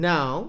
Now